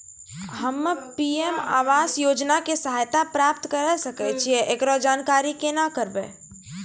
हम्मे पी.एम आवास योजना के सहायता प्राप्त करें सकय छियै, एकरो जानकारी केना करबै?